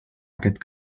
aquest